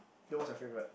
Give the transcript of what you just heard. then what's your favourite